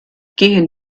gehen